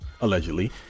allegedly